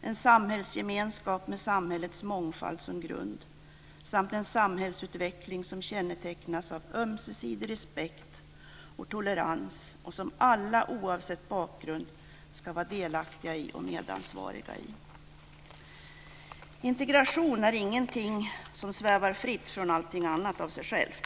Det är en samhällsgemenskap med samhällets mångfald som grund samt en samhällsutveckling som kännetecknas av ömsesidig respekt och tolerans och som alla oavsett bakgrund ska vara delaktiga i och medansvariga för. Integration är ingenting som svävar fritt från allting annat av sig själv.